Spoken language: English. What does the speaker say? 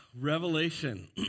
revelation